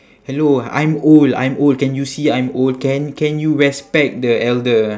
hello I'm old I'm old can you see I'm old can can you respect the elder